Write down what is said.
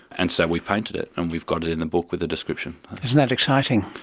and so we painted it and we've got it in the book with a description. isn't that exciting!